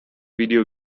video